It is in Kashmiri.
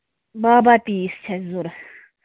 باہ باہ پیٖس چھِ اَسہِ ضروٗرت